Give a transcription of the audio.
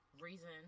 Reason